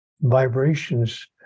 vibrations